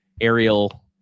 aerial